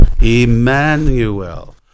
Emmanuel